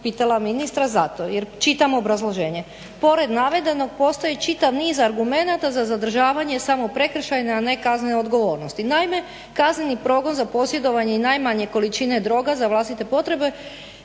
pitala ministra jer čitam obrazloženje. Pored navedenog postoji čitav niz argumenata za zadržavanje samo prekršajne, a ne kaznene odgovornost. Naime, kazneni progon za posjedovanje i najmanje količine droga za vlastite potrebe